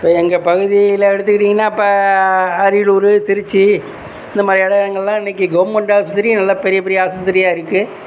இப்போ எங்கள் பகுதியில் எடுத்துக்கிட்டிங்கனா இப்போ அரியலூர் திருச்சி இந்த மாதிரி இடங்கள்லாம் இன்னைக்கு கவர்மென்ட் ஆஸ்பத்திரியும் நல்ல பெரிய பெரிய ஆஸ்பத்திரியாக இருக்கு